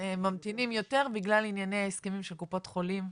יותר במקומות אחרים?